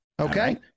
okay